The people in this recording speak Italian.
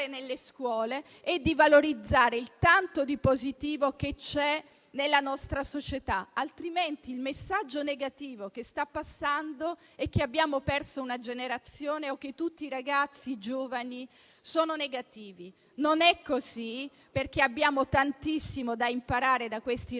nelle scuole e di valorizzare il tanto di positivo che c'è nella nostra società. Altrimenti il messaggio negativo che sta passando è che abbiamo perso una generazione o che tutti i ragazzi giovani sono negativi. Non è così, perché abbiamo tantissimo da imparare dai ragazzi,